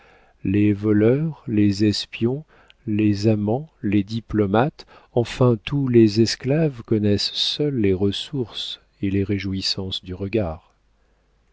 les voleurs les espions les amants les diplomates enfin tous les esclaves connaissent seuls les ressources et les réjouissances du regard